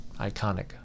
iconic